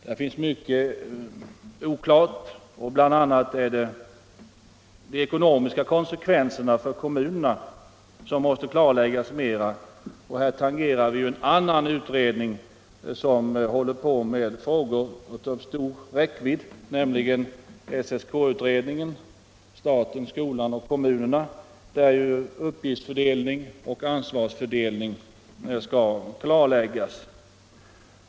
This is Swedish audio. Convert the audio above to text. Där finns mycket som är oklart. Bl. a. måste de ekonomiska konsekvenserna för kommunerna klarläggas mera, och här tangerar vi en annan utredning som arbetar med frågor av stor räckvidd, nämligen SSK-utredningen — skolan, staten och kommunerna — där ju uppgiftsfördelningen och ansvarsfördelningen skall klarläggas.